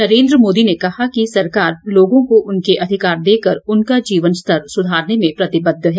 नरेन्द्र मोदी ने कहा कि सरकार लोगों को उनके अधिकार देकर उनका जीवन स्तर सुधारने में प्रतिबद्ध है